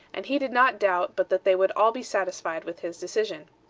and he did not doubt but that they would all be satisfied with his decision.